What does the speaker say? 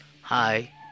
hi